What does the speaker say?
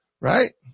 right